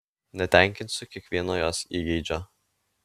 netenkinsiu kiekvieno jos įgeidžio